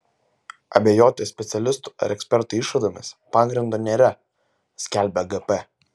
abejoti specialistų ar ekspertų išvadomis pagrindo nėra skelbia gp